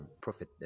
prophet